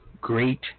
great